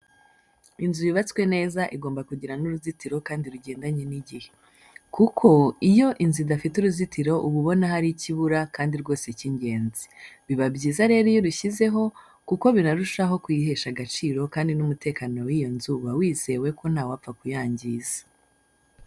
Inzu yubatswe neza igomba kugira n'uruzitiro kandi rugendanye n'igihe. Kuko iyo inzu idafite uruzitiro uba ubona hari icyo ibura kandi rwose k'ingenzi, biba byiza rero iyo urusizeho, kuko binarushaho kuyihesha agaciro kandi n'umutekano w'iyo nzu uba wizewe ko ntawapfa kuyangiza.